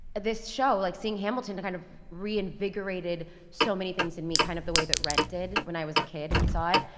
this show, like seeing hamilton to kind of reinvigorated so many things in me, kind of the way that rent did, when i was a kid and saw it.